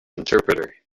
interpreter